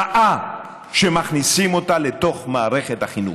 רעה, שמכניסים אותה לתוך מערכת החינוך,